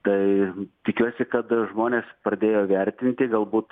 tai tikiuosi kad žmonės pradėjo vertinti galbūt